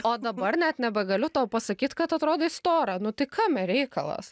o dabar net nebegaliu tau pasakyt kad atrodai stora nu tai kame reikalas